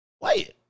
Wait